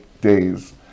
days